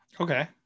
Okay